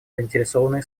заинтересованные